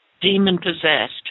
demon-possessed